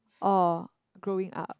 or growing up